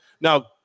Now